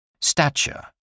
Stature